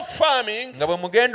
farming